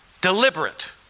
deliberate